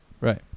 right